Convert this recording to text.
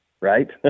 right